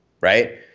Right